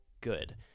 good